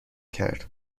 کرد